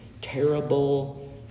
terrible